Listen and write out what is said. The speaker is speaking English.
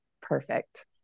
Perfect